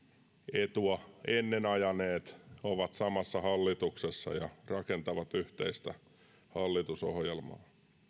etua ennen ajaneet ovat samassa hallituksessa ja rakentavat yhteistä hallitusohjelmaa